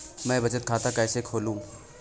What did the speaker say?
मैं बचत खाता कैसे खोलूँ?